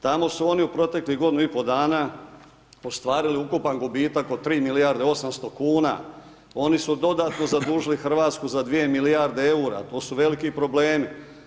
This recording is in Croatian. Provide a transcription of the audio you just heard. Tamo su oni u proteklih godinu i pol dana ostvarili ukupan gubitak od 3 milijarde 800 kn, oni su dodatno zadužili Hrvatsku za 2 milijarde eura, to su veliki problemi.